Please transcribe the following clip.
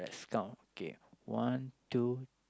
let's count okay one two